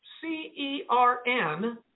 C-E-R-N